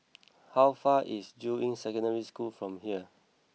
how far is Juying Secondary School from here